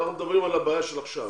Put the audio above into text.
אנחנו מדברים על הבעיה של עכשיו.